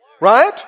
Right